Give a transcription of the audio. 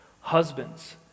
Husbands